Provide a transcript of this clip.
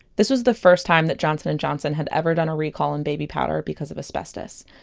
this was the first time that johnson and johnson has ever done a recall on baby powder because of asbestos.